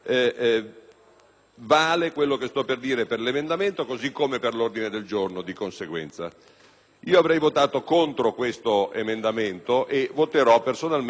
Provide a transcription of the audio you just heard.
Avrei votato contro questo emendamento, e voterò personalmente - al di là dell'orientamento del mio Gruppo, che non conosco - anche contro l'ordine del giorno, a meno che